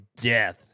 death